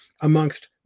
amongst